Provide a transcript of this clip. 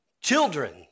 children